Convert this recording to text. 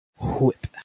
whip